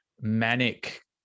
manic